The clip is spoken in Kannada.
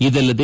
ಇದಲ್ಲದೆ